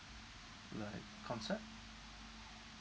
like concept